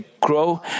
grow